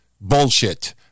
bullshit